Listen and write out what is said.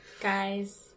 Guys